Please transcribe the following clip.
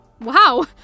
wow